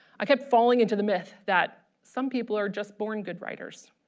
i kept falling into the myth that some people are just born good writers.